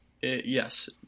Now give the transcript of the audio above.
Yes